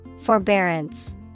Forbearance